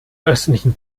östlichen